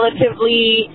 relatively